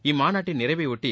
இம்மாநாட்டின் நிறைவை ஒட்டி